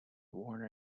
warner